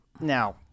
now